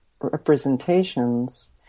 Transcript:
representations